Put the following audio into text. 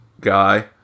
guy